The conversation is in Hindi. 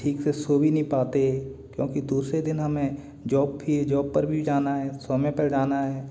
ठीक से सो भी नहीं पाते क्योंकि दूसरे दिन हमें जॉब भी जॉब पर भी जाना है पर जाना है